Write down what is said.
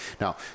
Now